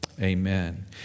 amen